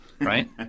right